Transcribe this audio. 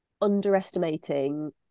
underestimating